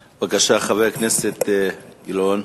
בבקשה, חבר הכנסת אילן גילאון.